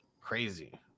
Crazy